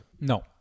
No